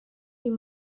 you